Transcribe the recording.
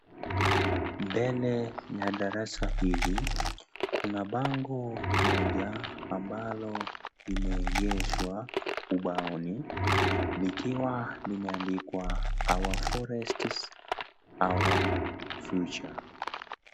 Mbele ya darasa hili, kuna bango moja ambalo limeegeshwa ubaoni likiwa limeandikwa, our forests our future .